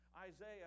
Isaiah